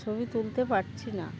ছবি তুলতে পারছি না